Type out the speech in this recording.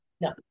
No